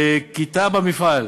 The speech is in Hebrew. "כיתה במפעל":